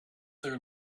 their